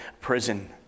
prison